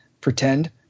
pretend